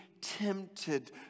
tempted